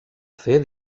fer